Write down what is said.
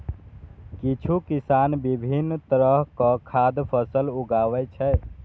किछु किसान विभिन्न तरहक खाद्य फसल उगाबै छै